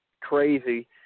crazy